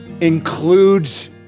includes